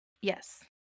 yes